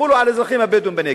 יחולו על האזרחים הבדואים בנגב.